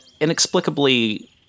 inexplicably